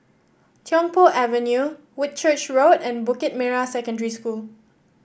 Tiong Poh Avenue Whitchurch Road and Bukit Merah Secondary School